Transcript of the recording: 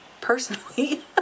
Personally